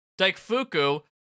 Daifuku